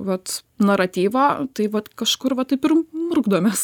vat naratyvo tai vat kažkur va taip ir murkdomės